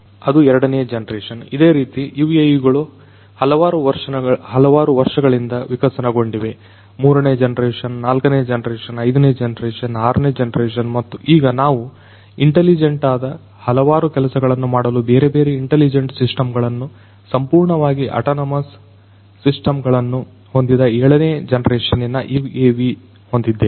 ಅದು ಎರಡನೇ ಜನರೇಷನ್ ಇದೇ ರೀತಿ UAV ಗಳು ಹಲವಾರು ವರ್ಷಗಳಿಂದ ವಿಕಸನಗೊಂಡಿವೆ ಮೂರನೇ ಜನರೇಷನ್ ನಾಲ್ಕನೇ ಜನರೇಶನ್ ಐದನೇ ಜನರೇಶನ್ ಆರನೇ ಜನರೇಶನ್ ಮತ್ತು ಈಗ ನಾವು ಇಂಟಲಿಜೆಂಟ್ ಆದ ಹಲವಾರು ಕೆಲಸಗಳನ್ನು ಮಾಡಲು ಬೇರೆ ಬೇರೆ ಇಂಟಲಿಜೆಂಟ್ ಸಿಸ್ಟಮ್ ಗಳನ್ನು ಸಂಪೂರ್ಣವಾಗಿ ಅಟಾನಮಸ್ ಸಿಸ್ಟಮ್ ಮಗಳನ್ನು ಹೊಂದಿದ ಏಳನೇ ಜನರೇಶನ್ನಿನ UAV ಹೊಂದಿದ್ದೇವೆ